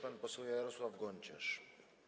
Pan poseł Jarosław Gonciarz.